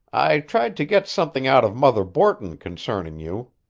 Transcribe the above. i tried to get something out of mother borton concerning you,